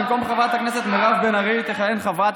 במקום חברת הכנסת מירב בן ארי תכהן חברת